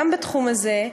גם בתחום הזה,